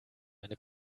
meine